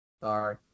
Sorry